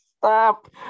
Stop